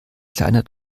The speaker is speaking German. kleiner